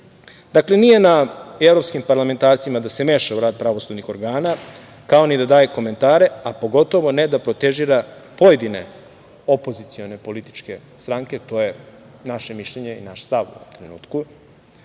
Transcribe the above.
nije na evropskim parlamentarcima da se mešaju u rad pravosudnih organa, kao ni da daje komentare, a pogotovo ne da protežiraju pojedine opozicione političke stranke, to je naše mišljenje i naš stav u datom